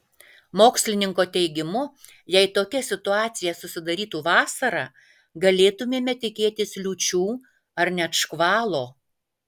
mokslininko teigimu jei tokia situacija susidarytų vasarą galėtumėme tikėtis liūčių ar net škvalo